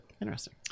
interesting